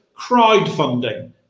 crowdfunding